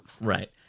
Right